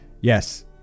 yes